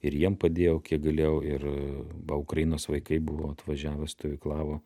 ir jiem padėjau kiek galėjau ir va ukrainos vaikai buvo atvažiavę stovyklavo